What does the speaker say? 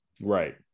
Right